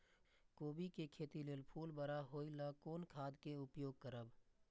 कोबी के खेती लेल फुल बड़ा होय ल कोन खाद के उपयोग करब?